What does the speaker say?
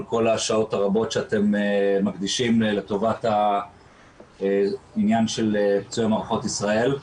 על כל השעות הרבות שאתם מקדישים לטובת העניין של פצועי מערכות ישראל.